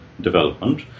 development